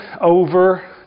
over